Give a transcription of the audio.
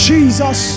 Jesus